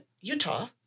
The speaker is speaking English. Utah